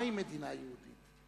מהי מדינה יהודית?